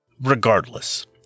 Regardless